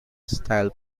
style